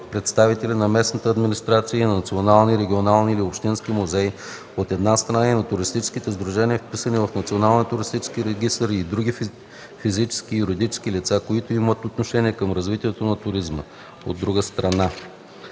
представители на местната администрация и на национални, регионални или общински музеи, от една страна, и на туристическите сдружения, вписани в Националния туристически регистър, и други физически и юридически лица, които имат отношение към развитието на туризма, от друга страна.